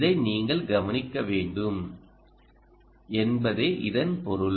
இதை நீங்கள் கவனிக்க வேண்டும் என்பதே இதன் பொருள்